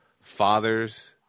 fathers